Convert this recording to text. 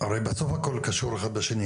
בסוף הכל קשור אחד בשני,